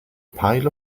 pile